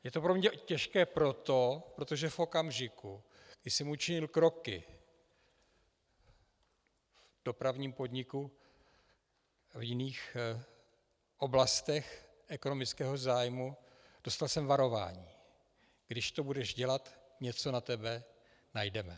Je to pro mne těžké proto, protože v okamžiku, kdy jsem učinil kroky v Dopravním podniku v jiných oblastech ekonomického zájmu, dostal jsem varování: Když to budeš dělat, něco na tebe najdeme.